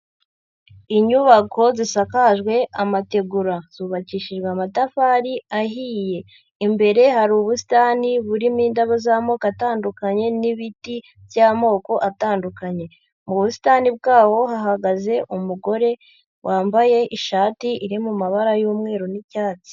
Inyubako zisakajwe amategura, zubakishijwe amatafari ahiye. Imbere hari ubusitani burimo indabo z'amoko atandukanye n'ibiti by'amoko atandukanye. Mu busitani bwabo hahagaze umugore wambaye ishati iri mu mabara y'umweru n'icyatsi.